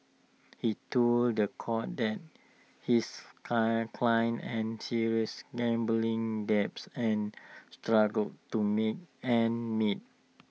he told The Court that his client client and serious gambling debts and struggled to make ends meet